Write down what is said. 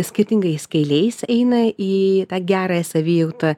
skirtingais keliais eina į tą gerąją savijautą